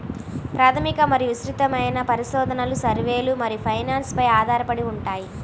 ప్రాథమిక మరియు విస్తృతమైన పరిశోధన, సర్వేలు మరియు ఫైనాన్స్ పై ఆధారపడి ఉంటాయి